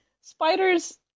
spiders